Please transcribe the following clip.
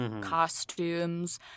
costumes